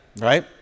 right